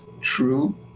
true